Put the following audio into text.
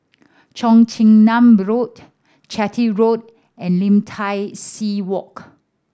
Cheong Chin Nam Road Chitty Road and Lim Tai See Walk